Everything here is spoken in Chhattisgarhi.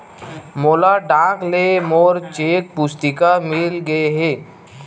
मोला डाक ले मोर चेक पुस्तिका मिल गे हे